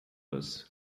doce